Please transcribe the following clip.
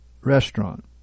restaurant